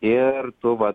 ir tu va